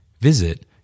Visit